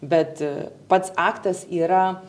bet pats aktas yra